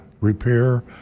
repair